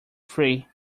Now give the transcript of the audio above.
three